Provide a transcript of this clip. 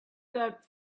that